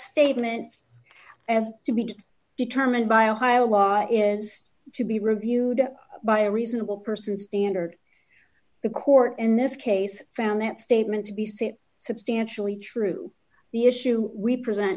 statement as to be determined by ohio law is to be reviewed by a reasonable person standard the court in this case found that statement to be c it substantially true the issue we present